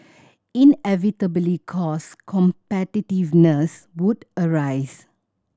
inevitably cost competitiveness would arise